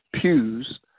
pews